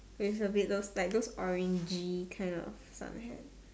with a bit of like those orangey kind of sun hat